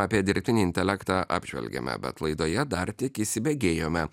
apie dirbtinį intelektą apžvelgėme bet laidoje dar tik įsibėgėjome